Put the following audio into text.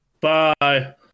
Bye